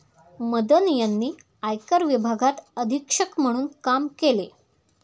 मदन यांनी आयकर विभागात अधीक्षक म्हणून काम केले